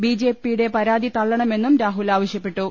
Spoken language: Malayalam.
ബി ജെ പിയുടെ പരാതി തള്ളണമെന്നും രാഹുൽ ആവശ്യ പ്പെട്ടു